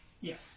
Yes